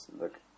look